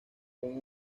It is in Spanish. con